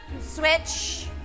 switch